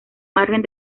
margen